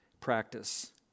practice